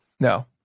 No